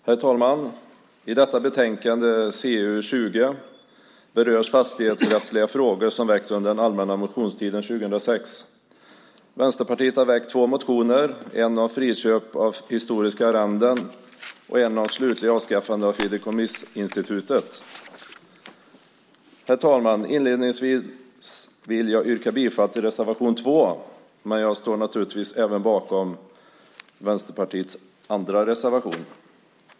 Herr talman! I detta betänkande, CU20, berörs fastighetsrättsliga frågor i motioner väckta under den allmänna motionstiden 2006. Vänsterpartiet har väckt två motioner, en om friköp av historiska arrenden och en om slutligt avskaffande av fideikommissinstitutet. Herr talman! Inledningsvis yrkar jag bifall till reservation 2, men naturligtvis står jag också bakom reservation 1 från Vänsterpartiet.